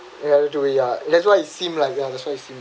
ratatouille ya that's what it seem like ya that's what it seem